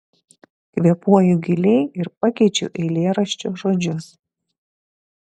kvėpuoju giliai ir pakeičiu eilėraščio žodžius